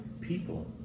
people